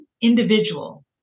individual